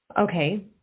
Okay